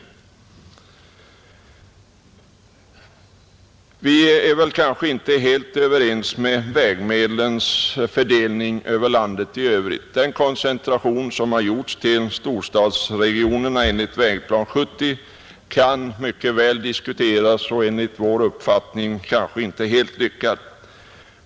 Vi är kanske inte helt överens i fråga om vägmedlens fördelning över landet i övrigt. Den koncentration som har gjorts till storstadsregionerna i Vägplan 70 kan mycket väl diskuteras och är enligt vår uppfattning kanske inte helt lyckad.